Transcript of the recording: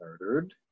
murdered